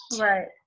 Right